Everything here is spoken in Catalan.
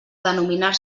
denominar